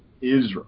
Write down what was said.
Israel